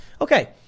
Okay